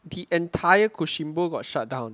the entire Kushinbo got shut down